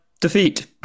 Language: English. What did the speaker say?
defeat